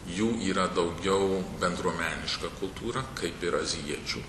jų yra daugiau bendruomeniška kultūra kaip ir azijiečių